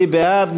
מי בעד?